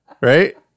Right